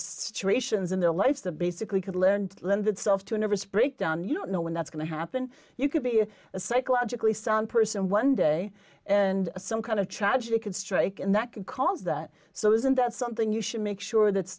situations in their life the basically could lend lend itself to a nervous breakdown you don't know when that's going to happen you could be psychologically some person one day and some kind of tragedy could strike and that could cause that so isn't that something you should make sure that's